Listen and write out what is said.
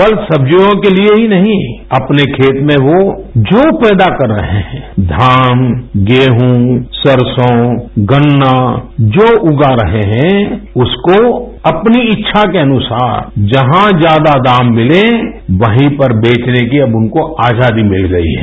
फल सब्जियों के लिए ही नहीं अपने खेत में वो जो पैदा कर रहें हैं धान गेहं सर्सों गन्ना जो उगा रहे हैं उसको अपनी इच्छा के अनुसार जहाँ ज्यादा दाम मिले वहीं पर बेचने की अब उनको आजादी मिल गई है